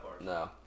No